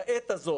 להגיד בעת הזאת,